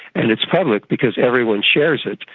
and it's public because everyone shares it.